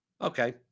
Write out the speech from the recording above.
Okay